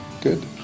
Good